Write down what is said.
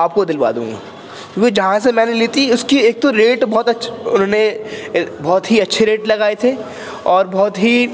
آپ کو دلوا دوں گا کیونکہ جہاں سے میں نے لی تھی اس کی ایک تو ریٹ بہت انہوں نے بہت ہی اچھے ریٹ لگائے تھے اور بہت ہی